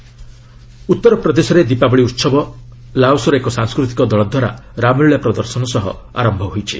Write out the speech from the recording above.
ଦିୱାଲି ଅଯୋଧ୍ୟା ଉତ୍ତର ପ୍ରଦେଶରେ ଦୀପାବଳି ଉତ୍ସବ ଲାଓସ୍ର ଏକ ସାଂସ୍କୃତିକ ଦଳଦ୍ୱାରା ରାମଲୀଳା ପ୍ରଦର୍ଶନ ସହ ଆରମ୍ଭ ହୋଇଛି